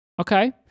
okay